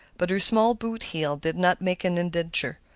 but her small boot heel did not make an indenture,